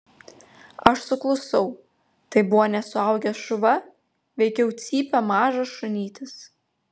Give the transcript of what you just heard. aš suklusau tai buvo ne suaugęs šuva veikiau cypė mažas šunytis